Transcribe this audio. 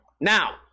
now